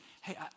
hey